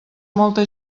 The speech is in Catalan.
molta